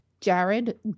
Jared